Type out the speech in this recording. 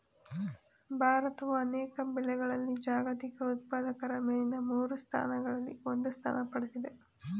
ಭಾರತವು ಅನೇಕ ಬೆಳೆಗಳಲ್ಲಿ ಜಾಗತಿಕ ಉತ್ಪಾದಕರ ಮೇಲಿನ ಮೂರು ಸ್ಥಾನಗಳಲ್ಲಿ ಒಂದು ಸ್ಥಾನ ಪಡೆದಿದೆ